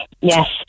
yes